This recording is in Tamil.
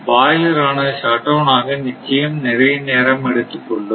பாய்லர் ஆனது ஷட்டவுன் ஆக நிச்சயம் நிறைய நேரம் எடுத்துக் கொள்ளும்